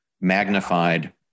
magnified